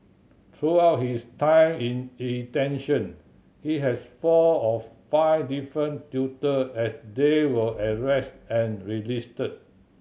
throughout his time in detention he has four or five different tutor as they were arrested and released